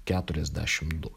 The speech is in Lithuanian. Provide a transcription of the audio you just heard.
keturiasdešim du